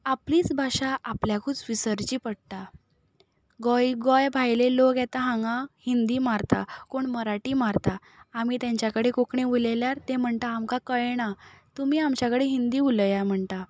आपलीच भाशा आपल्याकूच विसरची पडटा गोंय गोंय भायले लोक येता हांगा हिंदी मारता कोण मराठी मारता आमी तेंच्या कडेन कोंकणी उलयल्यार तें म्हणटा आमकां कळना तुमी आमच्या कडेन हिंदी उलयात म्हणटा